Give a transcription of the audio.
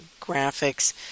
graphics